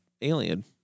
Alien